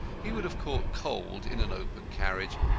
he would have caught cold in an open carriage,